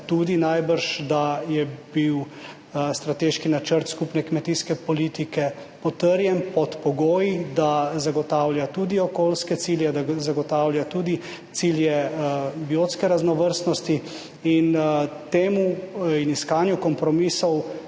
tudi veste, da je bil Strateški načrt skupne kmetijske politike potrjen pod pogoji, da zagotavlja tudi okoljske cilje, da zagotavlja tudi cilje biotske raznovrstnosti in temu ter iskanju kompromisov